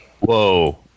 Whoa